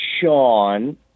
Sean